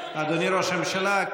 אדוני ראש הממשלה?